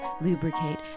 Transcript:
lubricate